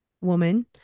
woman